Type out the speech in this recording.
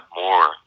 more